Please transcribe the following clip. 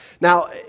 Now